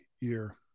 year